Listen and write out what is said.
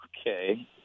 Okay